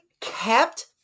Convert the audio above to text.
kept